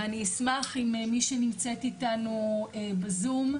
ואני אשמח אם מי שנמצאת איתנו בזום,